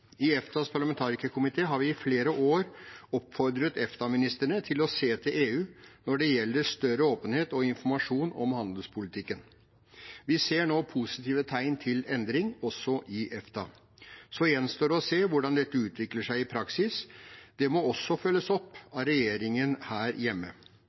I EFTAs parlamentarikerkomité har vi i flere år oppfordret EFTA-ministrene til å se til EU når det gjelder større åpenhet og informasjon om handelspolitikken. Vi ser nå positive tegn til endring også i EFTA. Så gjenstår det å se hvordan dette utvikler seg i praksis. Det må også følges opp av regjeringen her hjemme.